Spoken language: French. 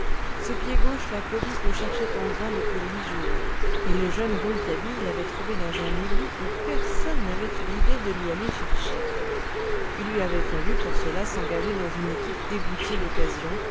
ce pied gauche la police le cherchait en vain depuis huit jours et le jeune rouletabille l'avait trouvé dans un égout où personne n'avait eu l'idée de l'y aller chercher il lui avait fallu pour cela s'engager dans une équipe d'égoutiers d'occasion